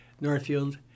Northfield